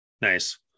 nice